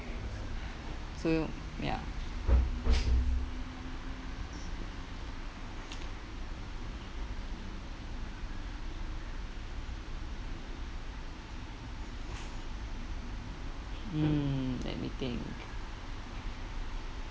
so ya mm let me think